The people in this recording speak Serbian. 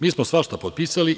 Mi smo svašta potpisali.